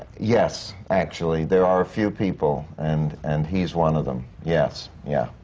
yes, actually. there are a few people, and and he's one of them. yes, yeah,